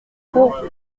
pour